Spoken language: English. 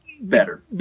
better